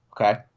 Okay